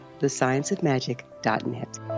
thescienceofmagic.net